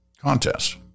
contest